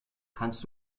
kannst